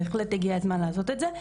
בהחלט הגיע הזמן לעשות את זה.